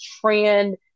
trend